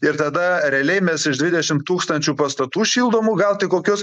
ir tada realiai mes iš dvidešim tūkstančių pastatų šildomų gal tik kokius